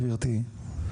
גברתי,